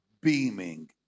beaming